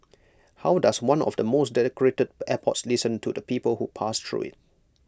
how does one of the most decorated airports listen to the people who pass through IT